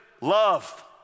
love